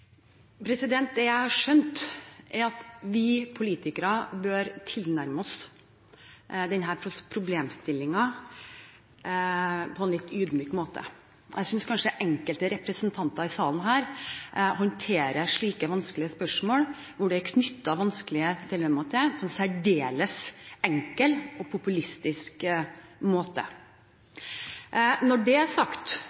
Det jeg har skjønt, er at vi politikere bør tilnærme oss denne problemstillingen på en litt ydmyk måte. Jeg synes kanskje enkelte representanter i salen her håndterer slike vanskelige spørsmål, som det er knyttet vanskelige dilemmaer til, på en særdeles enkel og populistisk